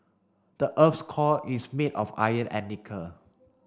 the earth's core is made of iron and nickel